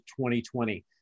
2020